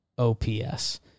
OPS